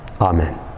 Amen